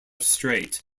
strait